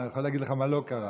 אבל אני יכול להגיד לך מה לא קרה.